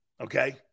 okay